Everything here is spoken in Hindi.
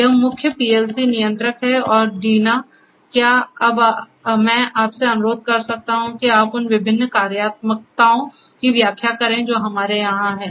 यह मुख्य पीएलसी नियंत्रक हैऔर डीना क्या अब मैं आपसे अनुरोध कर सकता हूं कि आप उन विभिन्न कार्यात्मकताओं की व्याख्या करें जो हमारे यहां हैं